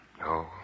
No